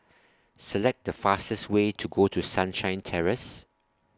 Select The fastest Way to Go to Sunshine Terrace